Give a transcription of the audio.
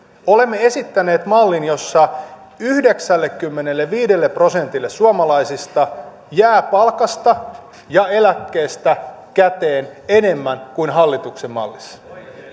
olemme esittäneet mallin jossa yhdeksällekymmenelleviidelle prosentille suomalaisista jää palkasta ja eläkkeestä käteen enemmän kuin hallituksen mallissa